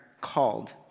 called